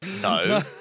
no